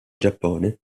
giappone